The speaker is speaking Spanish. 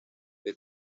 que